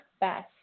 best